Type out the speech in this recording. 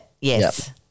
Yes